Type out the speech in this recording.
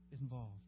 involved